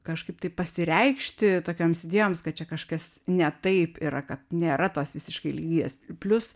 kažkaip tai pasireikšti tokioms idėjoms kad čia kažkas ne taip yra kad nėra tos visiškai lygyės plius